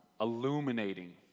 illuminating